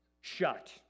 shut